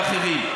ואחרים.